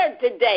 today